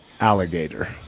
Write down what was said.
alligator